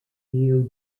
neo